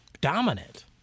dominant